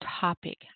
topic